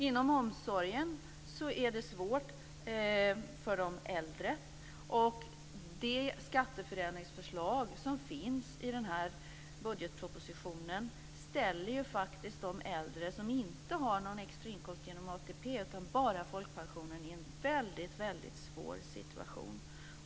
Inom omsorgen är det svårt för de äldre. Och det skatteändringsförslag som finns i denna budgetproposition försätter faktiskt de äldre som inte har någon extra inkomst genom ATP utan bara folkpension i en väldigt svår situation.